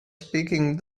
speaking